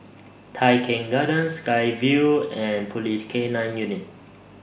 Tai Keng Gardens Sky Vue and Police K nine Unit